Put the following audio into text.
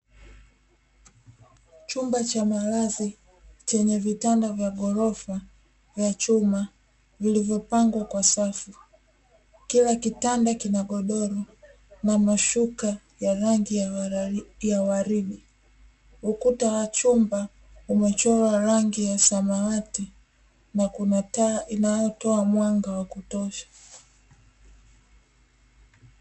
Chumba cha malazi chenye vitanda vya ghorofa vya chuma vilivopangwa kwa safu, kila kitanda kina godoro na mashuka ya rangi ya waridi, ukuta wa chumba umepakwa rangi ya samawati na kuna taa inayotoa mwanga wa kutosha.